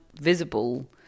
visible